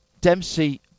Dempsey